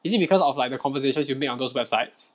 is it because of like the conversations you make on those websites